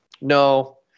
No